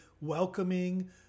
welcoming